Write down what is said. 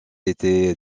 était